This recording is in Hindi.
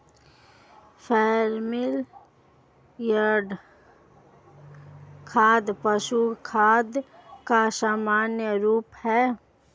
फार्म यार्ड खाद पशु खाद का सामान्य रूप है